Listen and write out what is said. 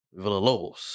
Villalobos